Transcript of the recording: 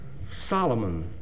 Solomon